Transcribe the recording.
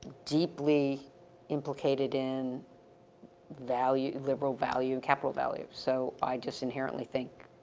deeply implicated in value, liberal value, capital value. so, i just inherently think